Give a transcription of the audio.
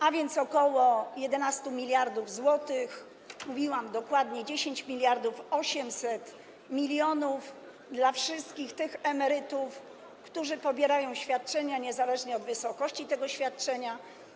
A więc ok. 11 mld zł, mówiłam dokładnie: 10 800 mln dla wszystkich tych emerytów, którzy pobierają świadczenia, niezależnie od wysokości tego świadczenia.